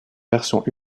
versions